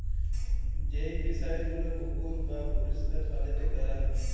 যেই ফিশারি গুলো পুকুর বাপরিষ্কার পালিতে ক্যরা হ্যয়